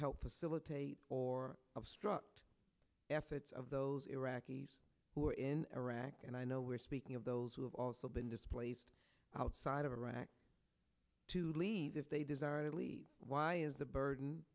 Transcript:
help facilitate or obstruct efforts of those iraqis who are in iraq and i know we're speaking of those who have also been displaced outside of iraq to leave if they desire to leave why is the